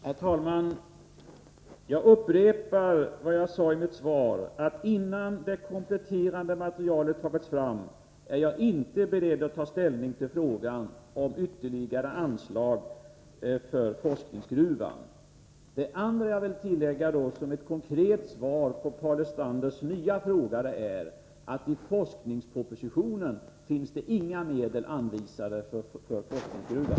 Herr talman! Jag upprepar det jag sade i mitt svar, nämligen att jag innan det kompletterande materialet tagits fram inte är beredd att ta ställning till frågan om ytterligare anslag till forskningsgruvan. Som ett konkret svar på Paul Lestanders nya fråga vill jag tillägga att det i forskningspropositionen inte finns några medel anvisade för forskningsgruvan.